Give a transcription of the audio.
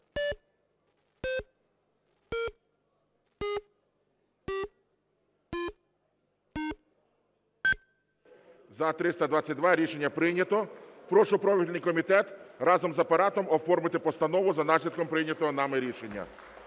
За-322 Рішення прийнято. Прошу профільний комітет разом з Апаратом оформити постанову за наслідком прийнятого нами рішення.